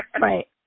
Right